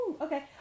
okay